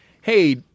Hey